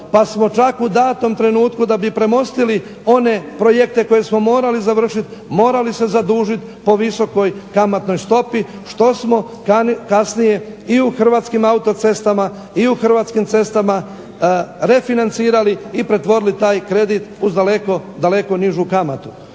pa smo čak u datom trenutku da bi premostili one projekte koje smo morali završiti, morali se zadužit po visokoj kamatnoj stopi što smo kasnije i u Hrvatskim autocestama i u Hrvatskim cestama refinancirali i pretvorili taj kredit uz daleko nižu kamatu.